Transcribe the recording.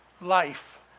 life